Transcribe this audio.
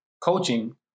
coaching